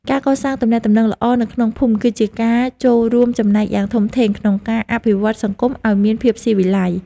ការកសាងទំនាក់ទំនងល្អនៅក្នុងភូមិ គឺជាការចូលរួមចំណែកយ៉ាងធំធេងក្នុងការអភិវឌ្ឍន៍សង្គមឱ្យមានភាពស៊ីវិល័យ។